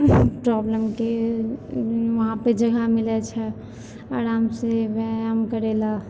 प्रोब्लमके वहाँ पर जगह मिलय छै आरामसँ व्यायाम करय लए